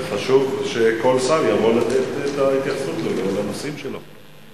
שכל שר יבוא לתת את ההתייחסות לנושאים שלו.